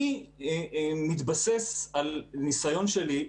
אני מתבסס על ניסיון שלי,